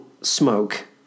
smoke